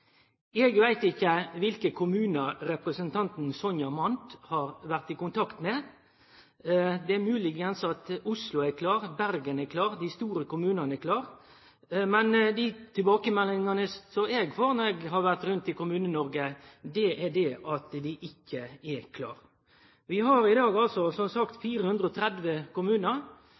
Eg veit ikkje kva kommunar representanten Sonja Mandt har vore i kontakt med. Det er mogleg at Oslo er klar, at Bergen er klar, at dei store kommunane er klare, men dei tilbakemeldingane som eg har fått når eg har vore rundt i Kommune-Noreg, er at dei ikkje er klare. Vi har i dag, som sagt, 430 kommunar,